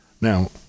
Now